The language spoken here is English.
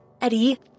Eddie